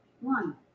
One